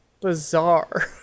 bizarre